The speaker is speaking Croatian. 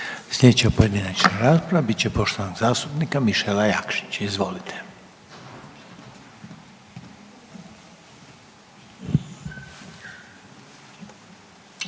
Sljedeća pojedinačna rasprava bit će poštovanog zastupnika Mišela Jakšića. Izvolite.